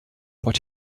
but